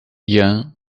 yan